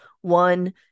one